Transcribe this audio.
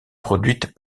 produites